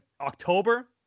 October